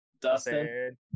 Dustin